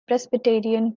presbyterian